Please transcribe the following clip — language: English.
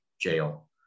jail